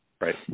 right